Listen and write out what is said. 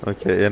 Okay